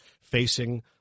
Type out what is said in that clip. facing